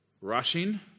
rushing